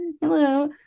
Hello